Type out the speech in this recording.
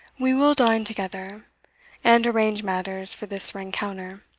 we will dine together and arrange matters for this rencounter.